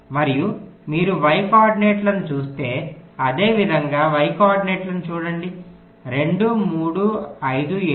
మరియు మీరు y కోఆర్డినేట్లను చూస్తే అదేవిధంగా y కోఆర్డినేట్లను చూడండి 2 3 5 7